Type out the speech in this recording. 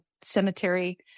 Cemetery